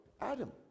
adam